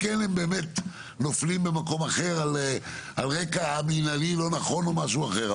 אלא אם כן הם באמת נופלים במקום אחר על רקע מנהלי לא נכון או משהו אחר.